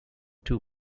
two